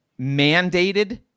mandated